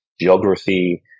geography